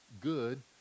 good